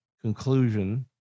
conclusion